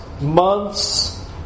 months